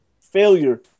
failure